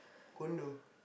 condo